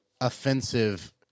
offensive